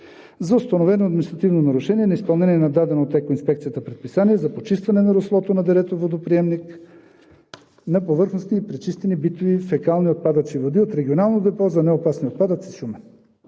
за установено административно нарушение – неизпълнение на дадено от Екоинспекцията предписание за почистване на руслото на дерето – водоприемник на повърхностни и пречистени битови фекални отпадъчни води, от Регионално депо за неопасни отпадъци – Шумен.